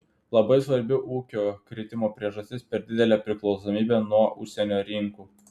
labai svarbi ūkio kritimo priežastis per didelė priklausomybė nuo užsienio rinkų